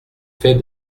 fait